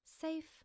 safe